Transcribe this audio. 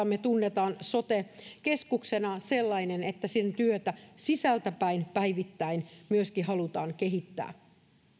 me tunnemme sote keskuksena sellainen että sen työtä sisältä päin päivittäin myöskin halutaan kehittää